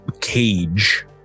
cage